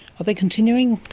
are they continuing?